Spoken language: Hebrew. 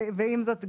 ועם זאת,